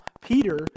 Peter